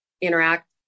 interact